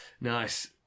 nice